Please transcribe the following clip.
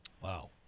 Wow